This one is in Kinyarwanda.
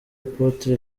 apotre